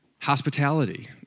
hospitality